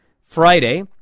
Friday